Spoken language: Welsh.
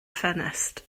ffenestr